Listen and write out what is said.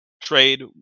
trade